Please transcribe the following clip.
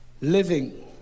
living